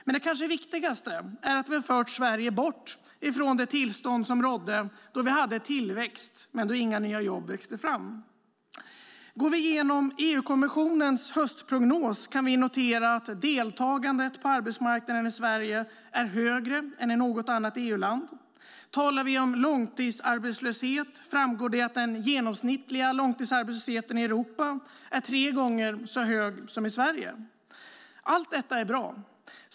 Men det kanske viktigaste är att vi har fört Sverige bort ifrån det tillstånd som rådde då vi hade tillväxt men då inga nya jobb växte fram. Om vi går igenom EU-kommissionens höstprognos kan vi notera att deltagandet på arbetsmarknaden i Sverige är högre än i något annat EU-land. Talar vi om långtidsarbetslöshet framgår det att den genomsnittliga långtidsarbetslösheten i Europa är tre gånger så hög som i Sverige. Allt detta är bra.